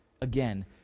Again